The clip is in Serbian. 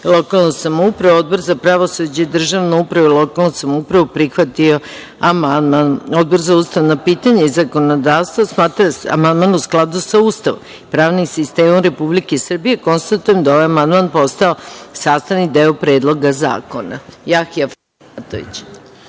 lokalnu samoupravu. Odbor za pravosuđe, državnu upravu i lokalnu samoupravu prihvatio je amandman. Odbor za ustavna pitanja i zakonodavstvo, smatra da je amandman u skladu sa Ustavom, pravnim sistemom Republike Srbije. Konstatujem da ovaj amandman postao sastavni deo Predloga zakona. Da li